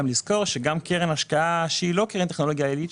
צריך לזכור שגם קרן השקעה שהיא לא קרן טכנולוגיה עילית,